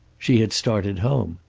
she had started home.